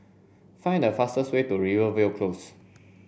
find the fastest way to Rivervale Close